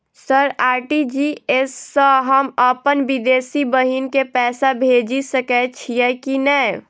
Sir RTGS सँ हम अप्पन विदेशी बहिन केँ पैसा भेजि सकै छियै की नै?